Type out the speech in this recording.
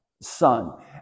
son